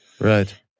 Right